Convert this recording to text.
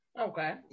Okay